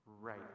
right